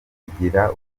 igira